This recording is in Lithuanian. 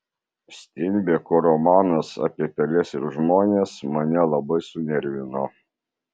steinbeko romanas apie peles ir žmones mane labai sunervino